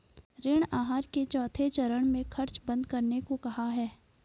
ऋण आहार के चौथे चरण में खर्च बंद करने को कहा है